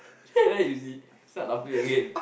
there there you see start laughing again